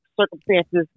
circumstances